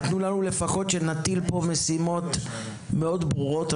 תלינו תקוות מאוד גדולות בוועדה,